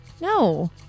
No